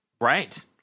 Right